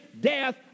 death